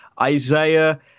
Isaiah